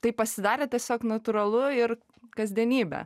tai pasidarė tiesiog natūralu ir kasdienybė